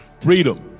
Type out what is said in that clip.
freedom